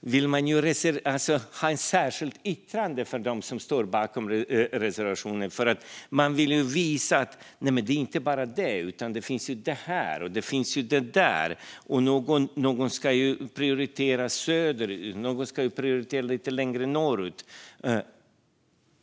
de som står bakom reservationen ändå vill ha ett särskilt yttrande för att man vill visa att det inte bara är detta - det finns också det där, och det där. Någon ska prioritera söderut och någon annan lite längre norrut.